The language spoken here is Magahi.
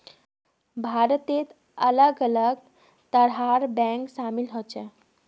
भारतत अलग अलग तरहर बैंक शामिल ह छेक